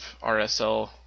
RSL